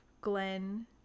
Glenn